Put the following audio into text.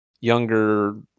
younger